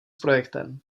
projektem